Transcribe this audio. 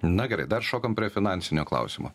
na gerai dar šokam prie finansinio klausimo